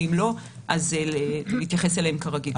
ואם לא אז להתייחס אליהם כרגיל.